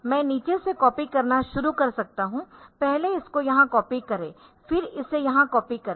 मैं नीचे से कॉपी करना शुरू कर सकता हूं पहले इसको यहां कॉपी करें फिर इसे यहां कॉपी करें